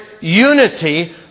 unity